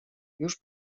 już